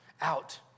out